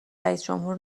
رییسجمهور